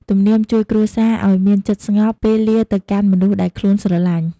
ទំនៀមជួយគ្រួសារឲ្យមានចិត្តស្ងប់ ពេលលារទៅកាន់មនុស្សដែលខ្លួនស្រឡាញ។